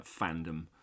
fandom